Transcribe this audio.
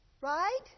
Right